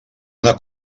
una